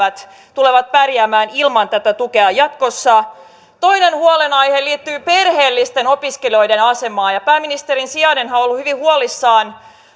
tulevat pärjäämään ilman tätä tukea jatkossa toinen huolenaihe liittyy perheellisten opiskelijoiden asemaan pääministerin sijainenhan on ollut hyvin huolissaan